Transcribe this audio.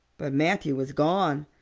but matthew was gone,